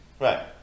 Right